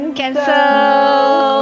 cancel